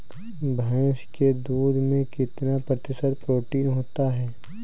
भैंस के दूध में कितना प्रतिशत प्रोटीन होता है?